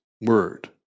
word